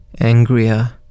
angrier